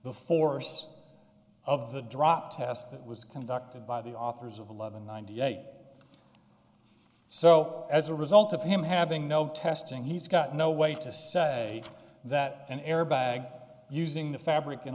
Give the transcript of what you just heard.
the force of the drop test that was conducted by the authors of love in ninety eight so as a result of him having no testing he's got no way to say that an airbag using the fabric and